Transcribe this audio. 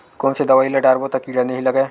कोन से दवाई ल डारबो त कीड़ा नहीं लगय?